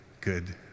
good